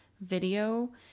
video